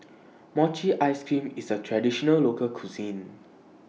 Mochi Ice Cream IS A Traditional Local Cuisine